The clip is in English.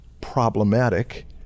problematic